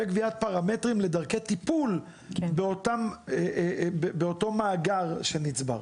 וקביעת פרמטרים לדרכי טיפול באותו מאגר שנצבר.